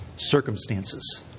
circumstances